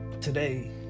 today